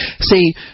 See